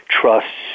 trusts